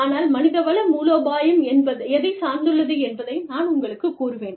ஆனால் மனித வள மூலோபாயம் எதைச் சார்ந்துள்ளது என்பதை நான் உங்களுக்குக் கூறுவேன்